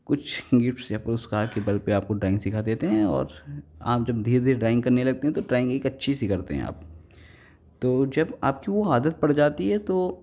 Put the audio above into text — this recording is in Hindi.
कुछ गिफ्ट्स या पुरस्कार के बल पर आपको ड्राइंग सीखा देते हैं और आप जब धीरे धीरे ड्राइंग करने लगते हैं तो ड्राइंग एक अच्छी सी करते हैं आप तो जब आपकी वह आदत पड़ जाती है तो